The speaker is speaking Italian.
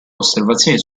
osservazioni